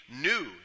new